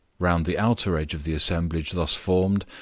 round the outer edge of the assemblage thus formed,